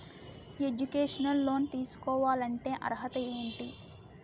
Educational loan తీసుకోవాలంటే అర్హత ఏంటి?